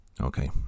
Okay